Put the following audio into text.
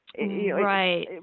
Right